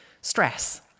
stress